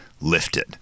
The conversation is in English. lifted